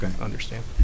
understand